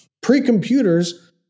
pre-computers